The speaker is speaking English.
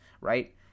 Right